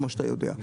כמו שאתה יודע.